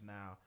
Now